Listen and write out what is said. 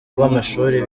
by’amashuri